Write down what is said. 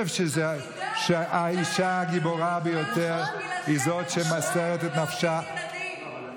של האישה הוא לשבת בבית ולהוליד ילדים.